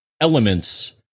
elements